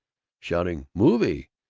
shouting, movie?